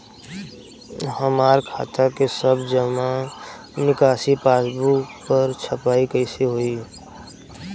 हमार खाता के सब जमा निकासी पासबुक पर छपाई कैसे होई?